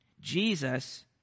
Jesus